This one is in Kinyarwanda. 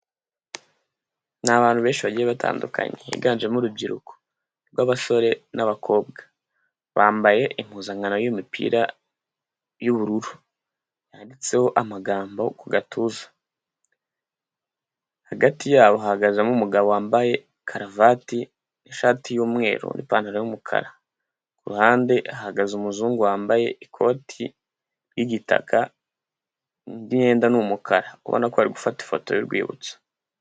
Ni abantu benshi bagiye batandukanye higanjemo urubyiruko rw'abasore n'abakobwa, bambaye impuzankano y'umupira y'ubururu, yanditseho amagambo mu gatuza, hagati yabo hahagazemo umugabo wambaye karuvati, ishati y'umweru n'ipantaro y'umukara, ku ruhande hahagaze umuzungu wambaye ikoti ry'igitaka, indi myenda ni umukara. Urabona ko bari gufata ifoto y'urwibutso.